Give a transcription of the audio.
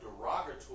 derogatory